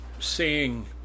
seeing